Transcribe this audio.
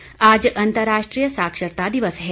साक्षरता दिवस आज अंतर्राष्ट्रीय साक्षरता दिवस है